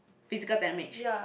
physical damage